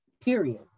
period